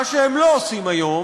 מה שהן לא עושות היום,